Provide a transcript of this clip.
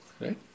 right